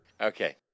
Okay